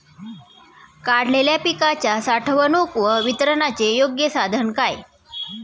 काढलेल्या पिकाच्या साठवणूक व वितरणाचे योग्य साधन काय?